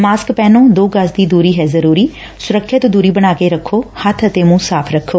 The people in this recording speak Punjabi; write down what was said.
ਮਾਸਕ ਪਹਿਨੋ ਦੋ ਗਜ਼ ਦੀ ਦੁਰੀ ਹੈ ਜ਼ਰੁਰੀ ਸੁਰੱਖਿਅਤ ਦੂਰੀ ਬਣਾ ਕੇ ਰਖੋ ਹੱਥ ਅਤੇ ਮੁੰਹ ਸਾਫ਼ ਰੱਖੋ